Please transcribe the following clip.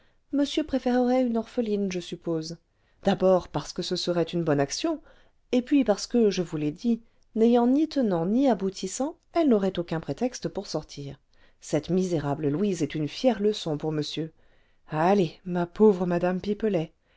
monsieur préférerait une orpheline je suppose d'abord parce que ce serait une bonne action et puis parce que je vous l'ai dit n'ayant ni tenants ni aboutissants elle n'aurait aucun prétexte pour sortir cette misérable louise est une fière leçon pour monsieur allez ma pauvre madame pipelet